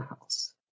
house